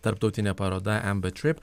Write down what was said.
tarptautinė paroda ember trip